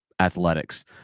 athletics